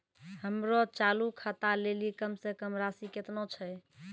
हमरो चालू खाता लेली कम से कम राशि केतना छै?